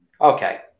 Okay